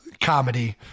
comedy